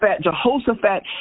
Jehoshaphat